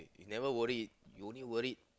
you never worried you only worried